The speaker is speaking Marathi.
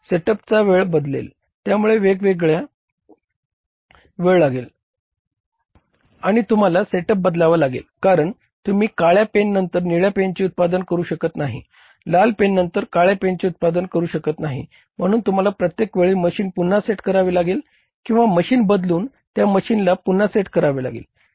सेटअपचा वेळ बदलेल त्यामुळे वेवेगळा वेळ लागेल आणि तुम्हाला सेटअप बदलावा लागेल कारण तुम्ही काळ्या पेन नंतर निळ्या पेनचे उत्पादन करू शकत नाही लाल पेन नंतर काळ्या पेनचे उत्पादन करू शकत नाही म्हणून तुम्हाला प्रत्येक वेळी मशीन पुन्हा सेट करावी लागेल किंवा मशीन बदलून त्या मशीनला पुन्हा सेट करावे लागेल